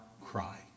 cry